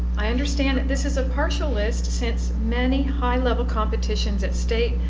i understand that this is a partial list since many high level competitions at state,